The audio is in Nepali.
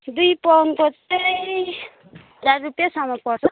दुई पाउन्डको चाहिँ हजार रुपियाँसम्म पर्छ